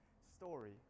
story